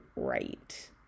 right